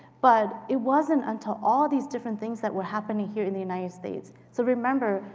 but it wasn't until all these different things that were happening here in the united states. so remember,